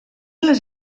les